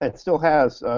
and still has,